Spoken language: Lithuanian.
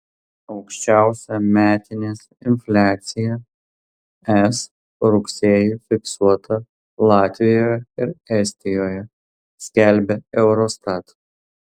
aukščiausia metinės infliacija es rugsėjį fiksuota latvijoje ir estijoje skelbia eurostat